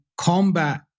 combat